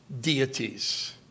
deities